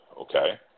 Okay